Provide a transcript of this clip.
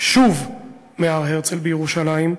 שוב מהר-הרצל בירושלים,